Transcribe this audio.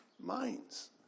minds